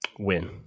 win